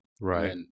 Right